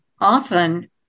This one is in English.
Often